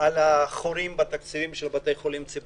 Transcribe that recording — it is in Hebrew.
על החורים בתקציב של בתי החולים הציבוריים.